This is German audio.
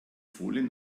folien